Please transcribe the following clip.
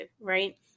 right